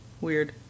Weird